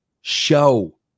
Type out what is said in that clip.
show